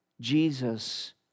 Jesus